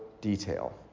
detail